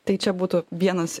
tai čia būtų vienas